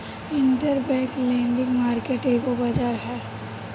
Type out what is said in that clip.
interbank lending market एगो बाजार ह